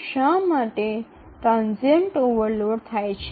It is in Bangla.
ক্ষণস্থায়ী ওভারলোড হয়